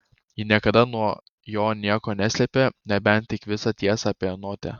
ji niekada nuo jo nieko neslėpė nebent tik visą tiesą apie notę